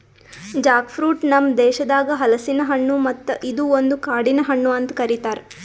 Jack fruit ನಮ್ ದೇಶದಾಗ್ ಹಲಸಿನ ಹಣ್ಣು ಮತ್ತ ಇದು ಒಂದು ಕಾಡಿನ ಹಣ್ಣು ಅಂತ್ ಕರಿತಾರ್